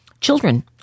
children